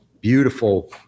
beautiful